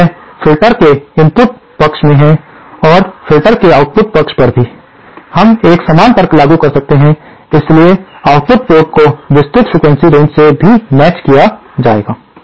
अब यह फ़िल्टर के इनपुट पक्ष में है और फ़िल्टर के आउटपुट पक्ष पर भी हम एक समान तर्क लागू कर सकते हैं इसलिए आउटपुट पोर्ट को एक विस्तृत फ्रीक्वेंसी रेंज से भी मैचिंग किया जाएगा